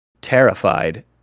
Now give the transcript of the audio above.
Terrified